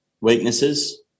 weaknesses